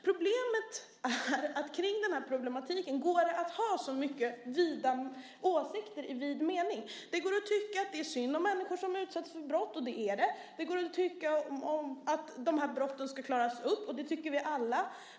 Problemet är att kring den här problematiken går det att ha så mycket vida åsikter i vid mening. Det går att tycka att det är synd om människor som utsätts för brott, och det är det. Det går att tycka att de här brotten ska klaras upp, och det tycker vi alla.